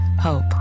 hope